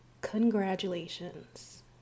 congratulations